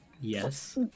yes